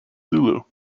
zulu